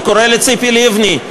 אני קורא לציפי לבני,